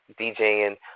DJing